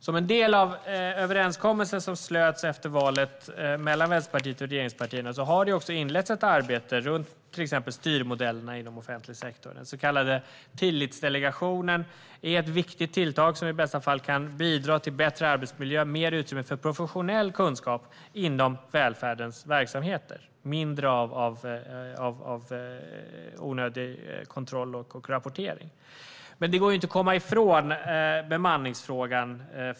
Som en del av den överenskommelse som slöts efter valet mellan Vänsterpartiet och regeringspartierna har det inletts ett arbete runt till exempel styrmodellerna inom offentlig sektor. Den så kallade Tillitsdelegationen är ett viktigt tilltag som i bästa fall kan bidra till bättre arbetsmiljö, mer utrymme för professionell kunskap inom välfärdens verksamheter och mindre av onödig kontroll och rapportering. Men det går förstås inte att komma ifrån bemanningsfrågan.